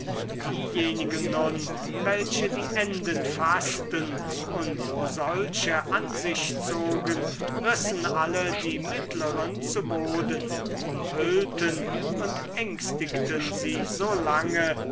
diejenigen nun welche die enden faßten und solche an sich zogen rissen alle die mittleren zu boden umhüllten und ängstigten sie so lange